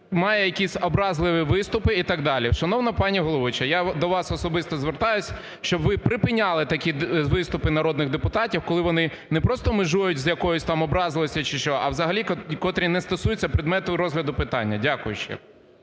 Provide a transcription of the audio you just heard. має якісь образливі виступи і так далі. Шановна пані головуюча, я до вас особисто звертаюся, щоб ви припиняли такі виступи народних депутатів, коли вони не просто межують з якоюсь там образливістю чи що, а взагалі котрі не стосуються предмету розгляду питання. Дякую.